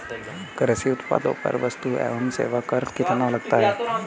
कृषि उत्पादों पर वस्तु एवं सेवा कर कितना लगता है?